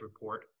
Report